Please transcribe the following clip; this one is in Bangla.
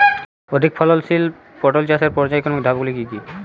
অধিক ফলনশীল পটল চাষের পর্যায়ক্রমিক ধাপগুলি কি কি?